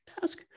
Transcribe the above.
task